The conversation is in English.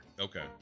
Okay